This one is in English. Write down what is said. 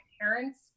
parents